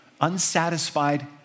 unsatisfied